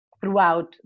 throughout